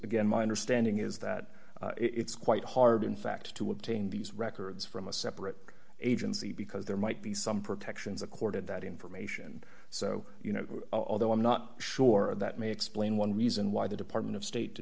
again my understanding is that it's quite hard in fact to obtain these records from a separate agency because there might be some protections accorded that information so you know although i'm not sure of that may explain one reason why the department of state